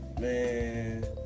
man